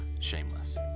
Shameless